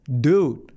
Dude